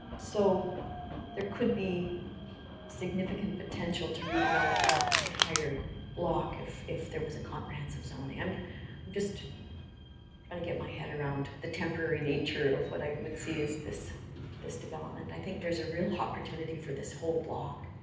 so there could be significant potential to redevelop that entire block if if there was a comprehensive zone. and i'm trying to get my head around the temporary nature of what i would see as this this development. i think there's a real opportunity for this whole block.